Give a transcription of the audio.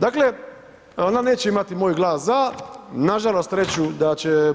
Dakle, ona neće imati moj glas za, nažalost reću da će